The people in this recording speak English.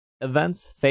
events